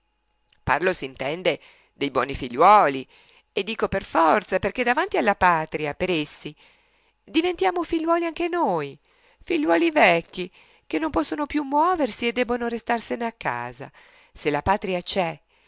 noi parlo s'intende dei buoni figliuoli e dico per forza perché davanti alla patria per essi diventiamo figliuoli anche noi figliuoli vecchi che non possono più muoversi e debbono restarsene a casa se la patria c'è